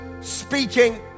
speaking